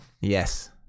Yes